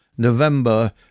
November